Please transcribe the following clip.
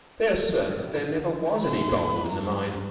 they assert that there never was any gold in the mine,